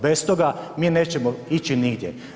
Bez toga mi nećemo ići nigdje.